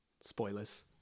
Spoilers